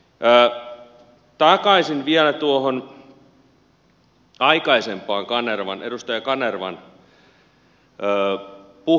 takaisin vielä tuohon aikaisempaan edustaja kanervan puheeseen